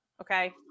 okay